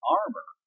armor